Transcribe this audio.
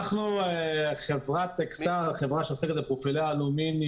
אנחנו חברת "אקסטר" שעוסקת בפרופילים של אלומיניום.